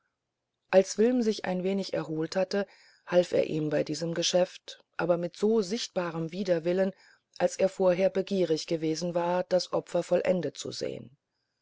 als wilm sich ein wenig erholt hatte half er ihm in diesem geschäfte aber mit so sichtbarem widerwillen als er vorher begierig gewesen war das opfer vollendet zu sehen